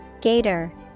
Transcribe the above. Gator